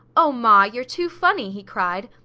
oh, ma, you're too funny! he cried.